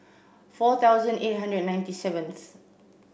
four thousand eight hundred ninety seventh